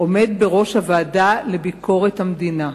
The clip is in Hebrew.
עומד בראש הוועדה לביקורת המדינה,